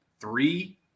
three